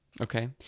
okay